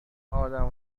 ادم